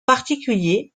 particulier